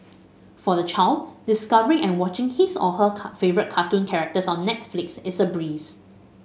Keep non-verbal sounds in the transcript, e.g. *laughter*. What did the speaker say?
for the child discovering and watching his or her *unintelligible* favourite cartoon characters on Netflix is a breeze